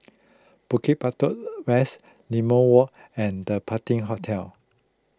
Bukit Batok West Limau Walk and the Patina Hotel